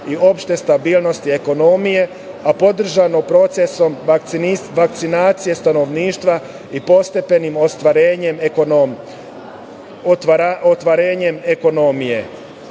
i opšte stabilnosti ekonomije, a podržano procesom vakcinacije stanovništva i postepenim otvaranjem ekonomije.U